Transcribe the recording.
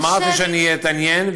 אני אמרתי שאני אתעניין,